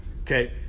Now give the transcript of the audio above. okay